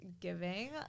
giving